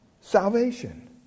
salvation